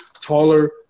taller